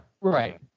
Right